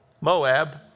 Moab